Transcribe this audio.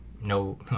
no